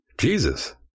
Jesus